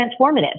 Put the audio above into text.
transformative